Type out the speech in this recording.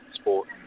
sport